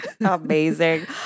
amazing